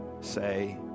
say